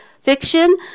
fiction